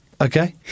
Okay